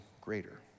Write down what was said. greater